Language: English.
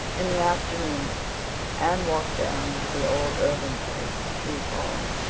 in the afternoon anne walked down to the old irving place to see paul.